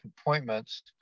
appointments